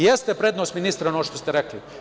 Jeste prednost ministre ono što ste rekli.